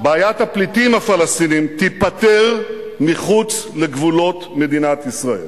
בעיית הפליטים הפלסטינים תיפתר מחוץ לגבולות מדינת ישראל.